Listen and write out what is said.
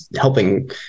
helping